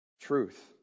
Truth